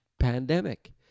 pandemic